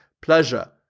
pleasure